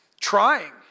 trying